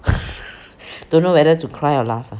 don't know whether to cry of laugh ah